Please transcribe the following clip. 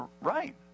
Right